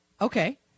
okay